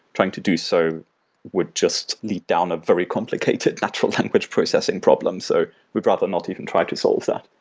trying to do so would just leap down a very complicated natural language processing problem, so we'd rather not even try to solve that.